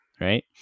right